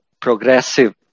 progressive